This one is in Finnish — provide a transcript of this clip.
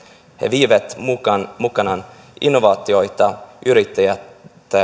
he vievät mukanaan innovaatioita yrittäjyyttä